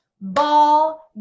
ball